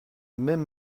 même